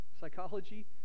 psychology